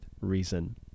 reason